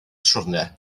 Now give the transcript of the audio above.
siwrne